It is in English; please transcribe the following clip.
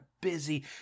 busy